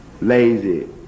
lazy